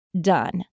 done